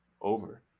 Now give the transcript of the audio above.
Over